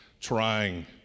trying